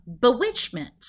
bewitchment